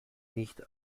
nicht